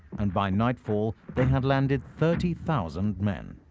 and by nightfall, they had landed thirty thousand men.